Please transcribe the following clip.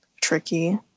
tricky